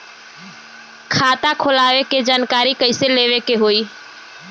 खाता खोलवावे के जानकारी कैसे लेवे के होई?